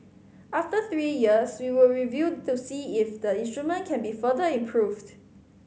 after three years we would review to see if the instrument can be further improved